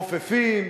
חופפים,